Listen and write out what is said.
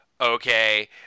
Okay